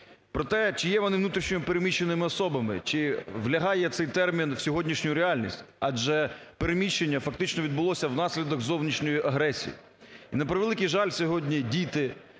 Проте, чи є вони внутрішньо переміщеними особами? Чи влягає цей термін в сьогоднішню реальність? Адже переміщення фактично відбулося внаслідок зовнішньої агресії. На превеликий жаль, сьогодні діти,